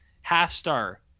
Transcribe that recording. half-star